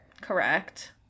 Correct